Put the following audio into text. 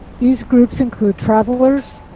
these groups include travelers,